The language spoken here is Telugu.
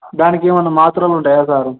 దానికి ఏమైనా మాత్రలుంటాయా సారు